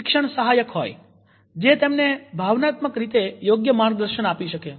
શિક્ષણ સહાયક હોય જે તેમને ભાવનાત્મક રીતે યોગ્ય માર્ગદર્શન આપી શકે